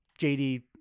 JD